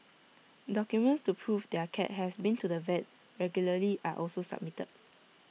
documents to prove their cat has been to the vet regularly are also submitted